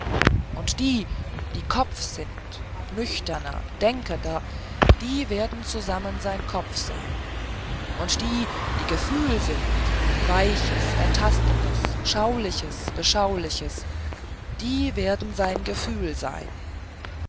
und die die kopf sind nüchterner denkender die werden zusammen sein kopf sein und die die gefühl sind weiches ertastendes schauliches beschauliches die werden sein gefühl sein